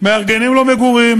מארגנים לו מגורים,